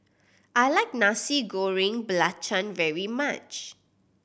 I like Nasi Goreng Belacan very much